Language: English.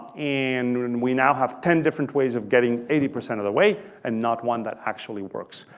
and and we now have ten different ways of getting eighty percent of the way and not one that actually works.